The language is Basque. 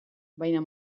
baina